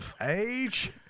age